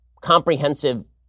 comprehensive